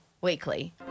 weekly